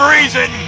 reason